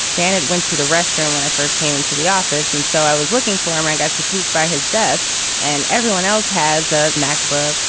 dan, it went to the restaurant when i first came into the office. and so i was looking for him. man gets a peek by his desk and everyone else has a macbook.